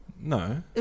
No